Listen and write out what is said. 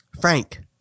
Frank